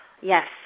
Yes